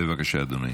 בבקשה, אדוני.